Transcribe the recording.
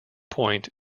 point